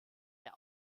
der